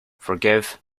forgive